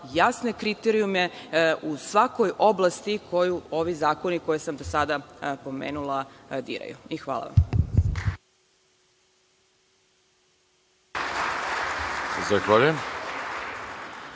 jasne kriterijume, u svakoj oblasti koju ovi zakoni, koje sam do sada pomenula, diraju. Hvala vam.